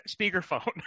speakerphone